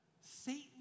Satan